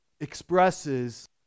expresses